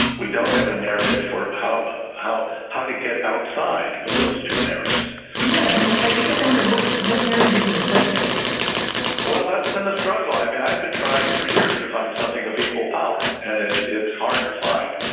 we don't have a narrative for how how how to get outside of those two narratives yeah. i mean i guess i wonder what what narrative would you replace it with well that's been the struggle. i mean i've been trying for years to find something of equal power. and it's hard to find.